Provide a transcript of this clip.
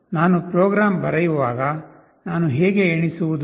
ನಾನು ಪ್ರೋಗ್ರಾಂ ಬರೆಯುವಾಗ ನಾನು ಹೇಗೆ ಎಣಿಸುವುದು